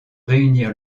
réunir